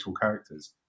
characters